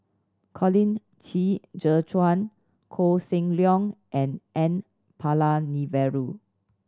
Colin Qi Zhe Quan Koh Seng Leong and N Palanivelu